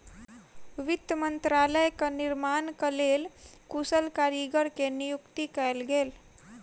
वित्त मंत्रालयक निर्माणक लेल कुशल कारीगर के नियुक्ति कयल गेल